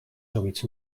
zoiets